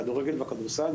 הכדורגל והכדורסל,